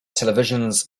televisions